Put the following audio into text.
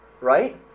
right